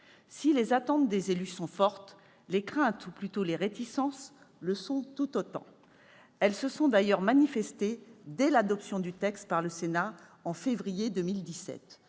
Si les attentes des élus sont fortes, les craintes ou plutôt les réticences le sont tout autant. Elles se sont d'ailleurs manifestées dès l'adoption du texte par le Sénat en février 2017